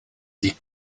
die